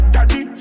Daddy